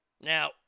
Now